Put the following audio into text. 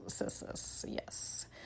Yes